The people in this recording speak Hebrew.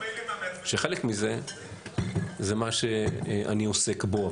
חלק מזה זה מה שאני עוסק בו,